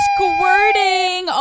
Squirting